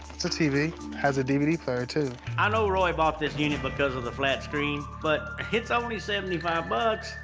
it's a tv. has a dvd player too. i know roy bought this unit because of the flat-screen. but it's only seventy five bucks.